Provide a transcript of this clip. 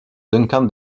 duncan